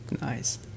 Nice